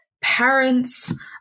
parents